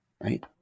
right